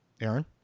Aaron